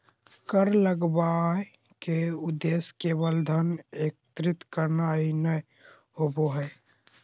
कर लगावय के उद्देश्य केवल धन एकत्र करना ही नय होबो हइ